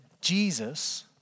Jesus